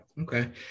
Okay